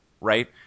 right